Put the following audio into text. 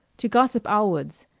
to gossip allwood's.